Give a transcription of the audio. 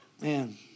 Man